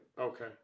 Okay